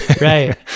right